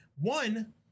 one